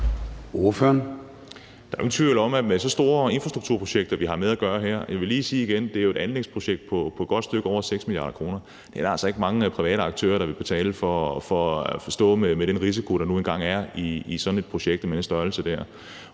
Der er jo ingen tvivl om, at vi her har at gøre med meget store infrastrukturprojekter. Jeg vil lige sige igen, at det jo er et anlægsprojekt på et godt stykke over 6 mia. kr. Der er altså ikke mange private aktører, der vil betale det og stå med den risiko, der nu engang er i et projekt af den størrelse.